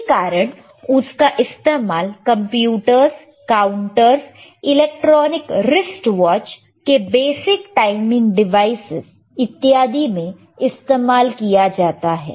इसी कारण उसका इस्तेमाल computers counters electronic wrist watch के बेसिक टाइमिंग डिवाइसस इत्यादि में इस्तेमाल किया जाता है